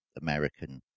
American